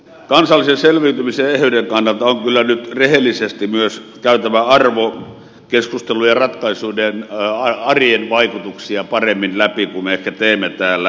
kansallisen selviytymisen ja eheyden kannalta on kyllä nyt rehellisesti myös käytävä arvokeskustelua ja ratkaisuiden arjen vaikutuksia paremmin läpi kuin me ehkä teemme täällä